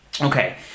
Okay